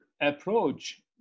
approach